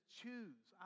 choose